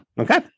Okay